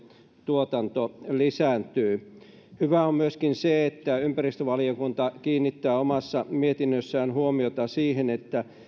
tuotanto lisääntyy hyvä on myöskin se että ympäristövaliokunta kiinnittää omassa mietinnössään huomiota siihen että